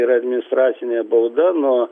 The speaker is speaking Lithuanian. ir administracinė bauda nuo